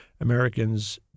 Americans